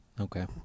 Okay